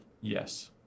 Yes